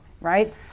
right